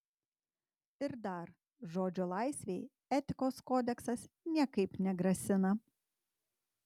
ir dar žodžio laisvei etikos kodeksas niekaip negrasina